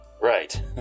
right